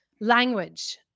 language